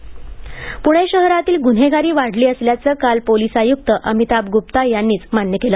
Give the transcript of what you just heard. प्णे शहरतील ग्न्हेगारी वाढली असल्याचं काल पोलीस आय्क्त अमिताभ ग्प्पा यांनीच मान्य केलं